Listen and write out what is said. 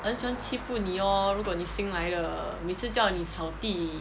很喜欢欺负你 lor 如果你新来的每次叫你扫地